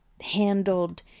handled